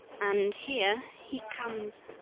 and here he comes.